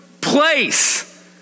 place